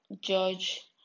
judge